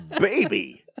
baby